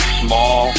small